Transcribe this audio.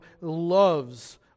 loves